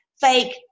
fake